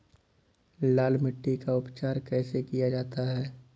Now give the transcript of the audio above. लाल मिट्टी का उपचार कैसे किया जाता है?